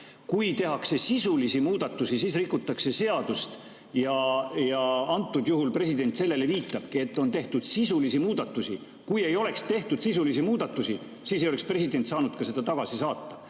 Kui tehakse sisulisi muudatusi, siis rikutakse seadust. Praegusel juhul president sellele viitabki, et on tehtud sisulisi muudatusi. Kui ei oleks tehtud sisulisi muudatusi, siis ei oleks president saanud ka seda tagasi saata.